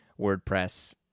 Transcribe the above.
wordpress